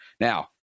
now